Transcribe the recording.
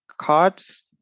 cards